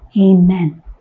Amen